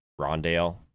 Rondale